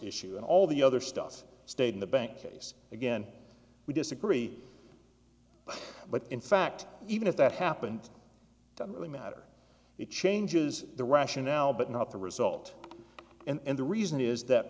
issue and all the other stuff stayed in the bank case again we disagree but in fact even if that happened don't really matter it changes the rationale but not the result and the reason is that